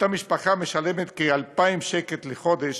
אותה משפחה משלמת כ-2,000 שקל לחודש